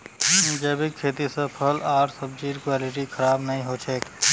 जैविक खेती से फल आर सब्जिर क्वालिटी खराब नहीं हो छे